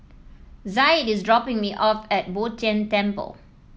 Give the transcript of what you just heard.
Zaid is dropping me off at Bo Tien Temple